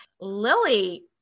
lily